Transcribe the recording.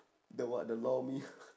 the what the lor me